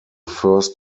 first